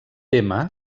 tema